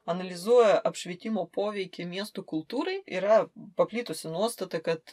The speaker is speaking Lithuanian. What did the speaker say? analizuoja apšvietimo poveikį miestų kultūrai yra paplitusi nuostata kad